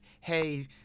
hey –